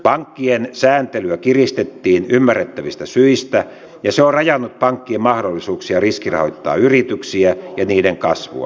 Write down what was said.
pankkien sääntelyä kiristettiin ymmärrettävistä syistä ja se on rajannut pankkien mahdollisuuksia riskirahoittaa yrityksiä ja niiden kasvua